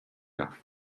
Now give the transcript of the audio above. رفت